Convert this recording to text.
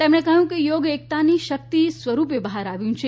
તેમણે કહ્યું કે યોગ એકતાની શક્તિ સ્વરૂપે બહાર આવ્યું છે